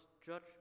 judgment